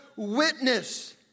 witness